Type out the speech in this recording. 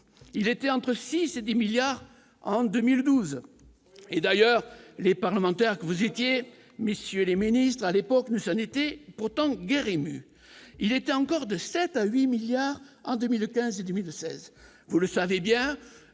il étaient entre 6 et 10 milliards en 2012 et d'ailleurs les parlementaires que vous étiez, messieurs les ministres, à l'époque nous ce n'était pourtant guère ému, il était encore de 7 à 8 milliards en 2015, 2016, vous le savez bien,